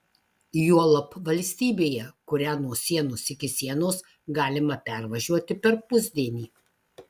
juolab valstybėje kurią nuo sienos iki sienos galima pervažiuoti per pusdienį